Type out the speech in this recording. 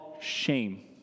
shame